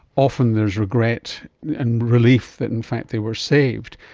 often there's regret and relief that in fact they were saved.